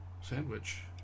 sandwich